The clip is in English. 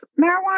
marijuana